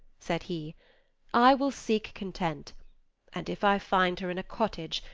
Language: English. said he i will seek content and, if i find her in a cottage,